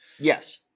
Yes